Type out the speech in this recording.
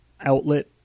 outlet